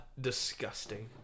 disgusting